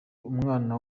umwanya